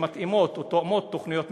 שמתאימות או תואמות תוכניות מתאר,